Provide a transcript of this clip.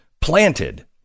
planted